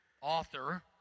author